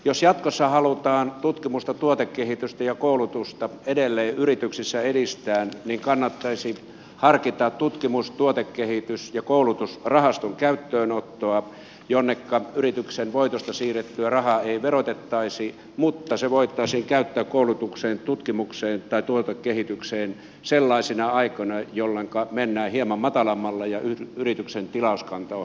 jos jatkossa halutaan tutkimusta tuotekehitystä ja koulutusta edelleen yrityksissä edistää kannattaisi harkita tutkimus tuotekehitys ja koulutusrahaston käyttöönottoa jonneka siirrettyä yrityksen voitosta saatua rahaa ei verotettaisi mutta se voitaisiin käyttää koulutukseen tutkimukseen tai tuotekehitykseen sellaisina aikoina jolloinka mennään hieman matalammalla ja yrityksen tilauskanta on heikompi